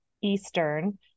Eastern